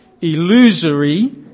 illusory